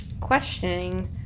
questioning